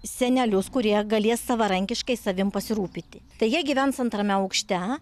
senelius kurie galės savarankiškai savim pasirūpinti tai jie gyvens antrame aukšte